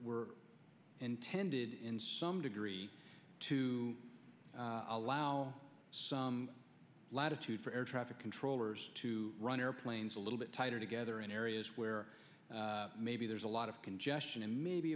were intended in some degree to allow some latitude for air traffic controllers to run airplanes a little bit tighter together in areas where maybe there's a lot of congestion and maybe